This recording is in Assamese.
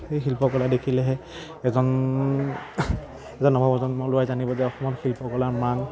সেই শিল্পকলা দেখিলেহে এজন এজন নৱপ্ৰজন্ম ল'ৰাই জানিব যে অসমত শিল্পকলাৰ মান